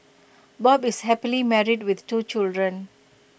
bob is happily married with two children